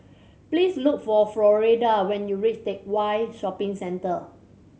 please look for Floretta when you reach Teck Whye Shopping Centre